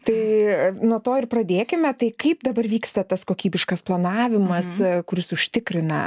tai nuo to ir pradėkime tai kaip dabar vyksta tas kokybiškas planavimas kuris užtikrina